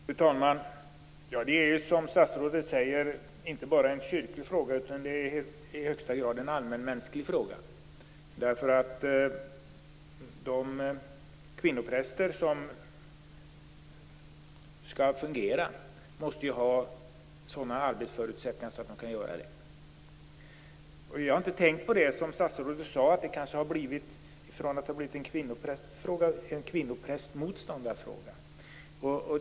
Fru talman! Det är som statsrådet säger inte bara en kyrklig fråga utan i högsta grad också en allmänmänsklig fråga. De kvinnopräster som skall fungera måste ju ha sådana arbetsförutsättningar att de kan göra det. Jag har inte tänkt på det som statsrådet sade. Från att ha varit en kvinnoprästfråga har det kanske blivit en kvinnoprästmotståndarfråga.